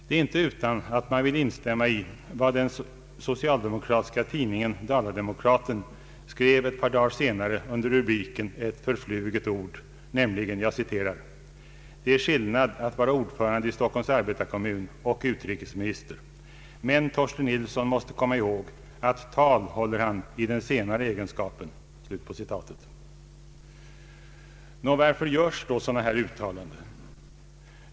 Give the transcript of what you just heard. Det är inte utan att man vill instämma i vad den socialdemokratiska tidningen Dala-Demokraten skrev ett par dagar senare under rubriken ”Ett förfluget ord”, nämligen: ”Det är skillnad att vara ordförande i Stockholms Arbetarkommun och «utrikesminister. Men Torsten Nilsson måste komma ihåg att tal håller han i den senare egenskapen.” Nå, varför görs då sådana här uttalanden?